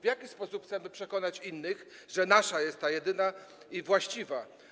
W jaki sposób chcemy przekonać innych, że nasza jest ta jedyna i właściwa?